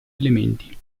elementi